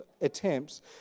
attempts